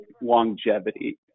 longevity